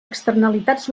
externalitats